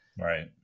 right